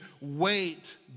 Wait